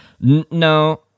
No